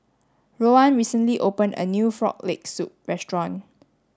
Rowan recently opened a new frog leg soup restaurant